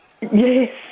Yes